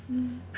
mm